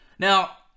Now